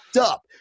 up